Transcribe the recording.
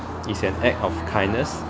is an act of kindness